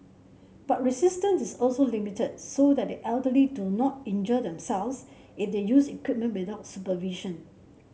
but resistance is also limited so that the elderly do not injure themselves if they use equipment without supervision